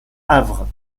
avre